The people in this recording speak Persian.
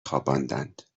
خواباندند